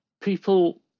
people